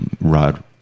rod